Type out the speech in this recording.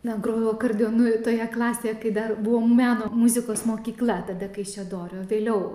na grojau akordeonu toje klasėje kai dar buvo meno muzikos mokykla tada kaišiadorių vėliau